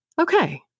Okay